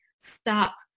stop